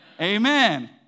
amen